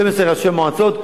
12 ראשי מועצות.